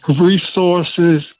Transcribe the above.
resources